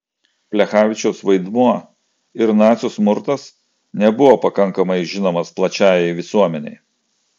plechavičiaus vaidmuo ir nacių smurtas nebuvo pakankamai žinomas plačiajai visuomenei